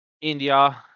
India